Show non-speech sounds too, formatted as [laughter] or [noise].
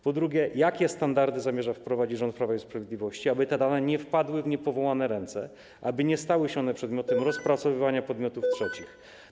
Po drugie: Jakie standardy zamierza wprowadzić rząd Prawa i Sprawiedliwości, aby te dane nie wpadły w niepowołane ręce i aby nie stały się one przedmiotem [noise] rozpracowywania podmiotów trzecich?